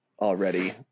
already